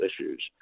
issues